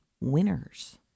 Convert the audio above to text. winners